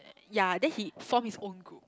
uh ya then he form his own group